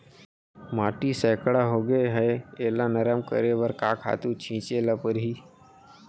माटी सैकड़ा होगे है एला नरम करे बर का खातू छिंचे ल परहि?